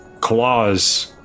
Claws